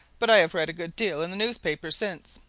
but i have read a good deal in the newspapers since.